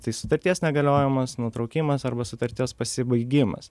tai sutarties negaliojimas nutraukimas arba sutarties pasibaigimas